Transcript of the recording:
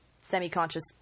semi-conscious